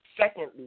Secondly